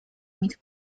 mit